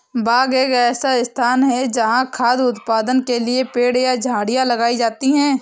बाग एक ऐसा स्थान है जहाँ खाद्य उत्पादन के लिए पेड़ या झाड़ियाँ लगाई जाती हैं